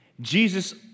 Jesus